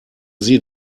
sie